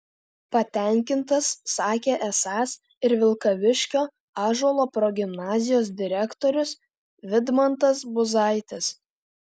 patenkintas sakė esąs ir vilkaviškio ąžuolo progimnazijos direktorius vidmantas buzaitis